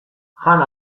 jan